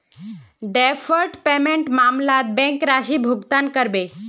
deferred पेमेंटेर मामलत bank राशि भुगतान करबे